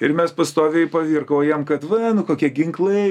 ir mes pastoviai pavirkaujam kad va kokie ginklai